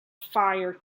fire